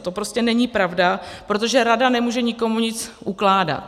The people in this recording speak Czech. To prostě není pravda, protože rada nemůže nikomu nic ukládat.